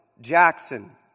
Jackson